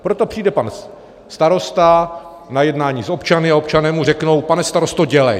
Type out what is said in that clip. Proto přijde pan starosta na jednání s občany a občané mu řeknou: pane starosto, dělej!